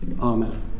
amen